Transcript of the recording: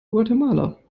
guatemala